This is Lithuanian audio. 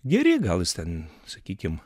geri gal jis ten sakykim